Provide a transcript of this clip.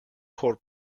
core